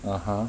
(uh huh)